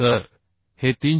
तर हे 316